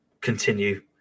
continue